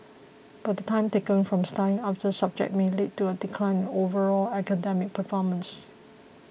but the time taken away from studying other subjects may lead to a decline in overall academic performance